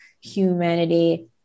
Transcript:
humanity